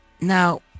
Now